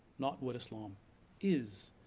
not what islam is.